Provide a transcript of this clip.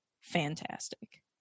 fantastic